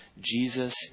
Jesus